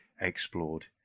explored